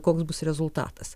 koks bus rezultatas